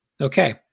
Okay